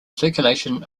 circulation